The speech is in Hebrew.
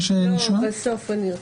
לא, בסוף ארצה.